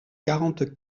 quarante